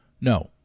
no